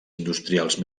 industrials